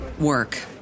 work